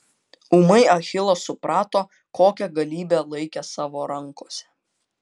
ūmai achilas suprato kokią galybę laikė savo rankose